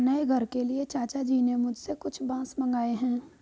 नए घर के लिए चाचा जी ने मुझसे कुछ बांस मंगाए हैं